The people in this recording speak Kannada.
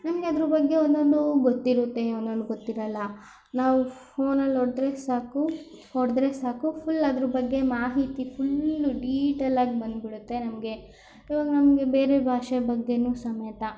ನಮಗೆ ಅದರ ಬಗ್ಗೆ ಒಂದೊಂದು ಗೊತ್ತಿರುತ್ತೆ ಒಮ್ಮೊಮ್ಮೆ ಗೊತ್ತಿರಲ್ಲ ನಾವು ಫೋನಲ್ಲಿ ಹೊಡೆದ್ರೆ ಸಾಕು ಹೊಡೆದ್ರೆ ಸಾಕು ಫುಲ್ ಅದ್ರ ಬಗ್ಗೆ ಮಾಹಿತಿ ಫುಲ್ಲು ಡೀಟೈಲ್ ಆಗಿ ಬಂದ್ಬಿಡುತ್ತೆ ನಮಗೆ ಇವಾಗ ನಮಗೆ ಬೇರೆ ಭಾಷೆ ಬಗ್ಗೆಯೂ ಸಮೇತ